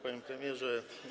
Panie Premierze!